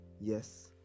Yes